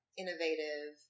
innovative